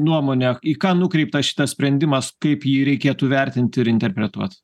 nuomone į ką nukreiptas šitas sprendimas kaip jį reikėtų vertinti ir interpretuot